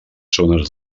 zones